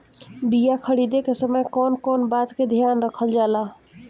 बीया खरीदे के समय कौन कौन बात के ध्यान रखल जाला?